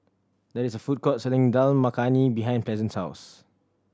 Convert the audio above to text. there is a food court selling Dal Makhani behind Pleasant's house